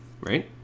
Right